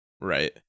Right